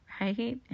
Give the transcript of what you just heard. Right